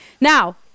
now